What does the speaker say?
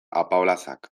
apaolazak